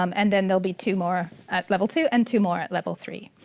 um and then there'll be two more at level two and two more at level three.